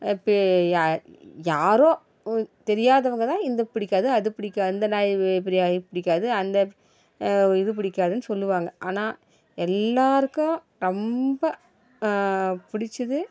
இப்போ யா யாரோ தெரியாதவங்க தான் இந்தப் பிடிக்காது அதை பிடிக்காது இந்த நாய் வே பிரியா பிடிக்காது அந்த இது பிடிக்காதுன்னு சொல்லுவாங்க ஆனால் எல்லாேருக்கும் ரொம்ப பிடித்தது